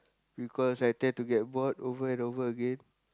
because I tend to get bored over and over again